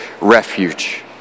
refuge